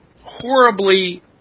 horribly